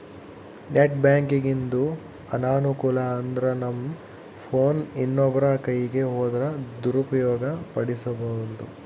net ಬ್ಯಾಂಕಿಂಗಿಂದು ಅನಾನುಕೂಲ ಅಂದ್ರನಮ್ ಫೋನ್ ಇನ್ನೊಬ್ರ ಕೈಯಿಗ್ ಹೋದ್ರ ದುರುಪಯೋಗ ಪಡಿಸೆಂಬೋದು